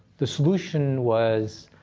the solution was,